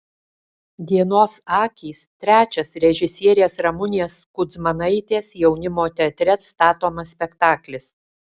dienos akys trečias režisierės ramunės kudzmanaitės jaunimo teatre statomas spektaklis